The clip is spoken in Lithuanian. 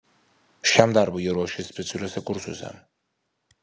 šiam darbui jie ruošiasi specialiuose kursuose